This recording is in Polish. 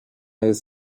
jest